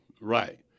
Right